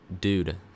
dude